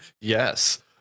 yes